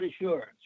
Assurance